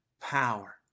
power